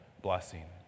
blessing